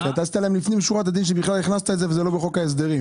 אתה הכנסת את זה וזה בכלל לא בחוק ההסדרים.